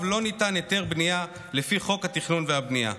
לא ניתן היתר בנייה לפי חוק התכנון והבנייה.